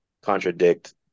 contradict